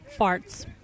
Farts